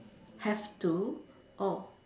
have to oh